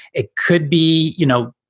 it could be, you know,